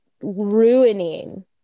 ruining